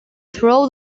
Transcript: throw